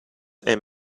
and